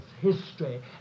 history